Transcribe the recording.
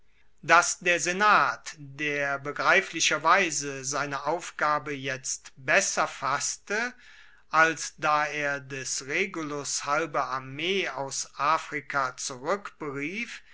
dass der senat der begreiflicherweise seine aufgabe jetzt besser fasste als da er des regulus halbe armee aus afrika